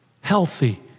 healthy